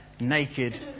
naked